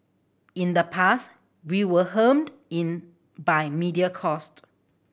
in the past we were hemmed in by media cost